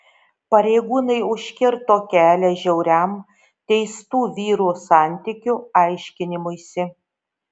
pareigūnai užkirto kelią žiauriam teistų vyrų santykių aiškinimuisi